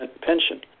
pension